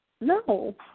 No